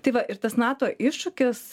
tai va ir tas nato iššūkis